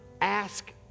ask